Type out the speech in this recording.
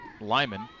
Lyman